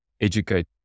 educate